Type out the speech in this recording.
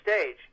stage